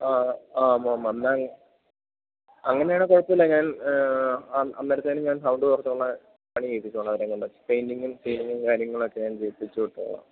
ആ ആ നന്നായി അങ്ങനെയാണേൽ കുഴപ്പം ഇല്ല ഞാൻ അന്നേരത്തേന് ഞാൻ സൗണ്ട് കുറച്ചുള്ള പണി ചെയ്യിപ്പിച്ചോളാം അവരെയുംകൊണ്ട് പെയ്ൻ്റിങ്ങും സീലിങ്ങും കാര്യങ്ങളൊക്കെ ഞാൻ ചെയ്യിപ്പിച്ച് വിട്ടോളാം